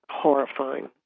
horrifying